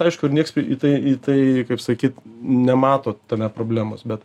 aišku ir nieks į tai į tai kaip sakyt nemato tame problemos bet